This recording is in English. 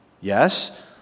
Yes